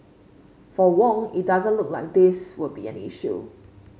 for Wong it doesn't look like this will be an issue